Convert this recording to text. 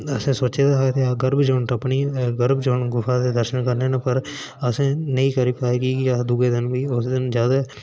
असें सोचे दा हा गर्व जून टप्पनी गर्व जून गुफा दे दर्शन करने न असें नेईं करी पाए कि केह् दूऐ दिन फ्ही ज्यादा